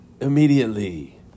immediately